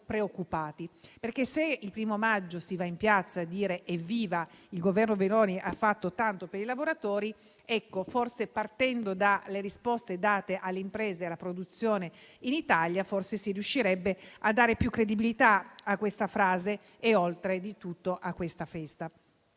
preoccupati. Il 1° maggio si va in piazza a dire: evviva, il Governo Meloni ha fatto tanto per i lavoratori. Ma, partendo dalle risposte date alle imprese e alla produzione in Italia, si riuscirebbe forse a dare più credibilità a questa frase e anche a questa festa.